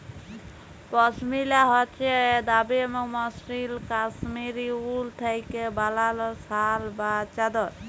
পশমিলা হছে দামি এবং মসৃল কাশ্মীরি উল থ্যাইকে বালাল শাল বা চাদর